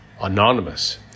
Anonymous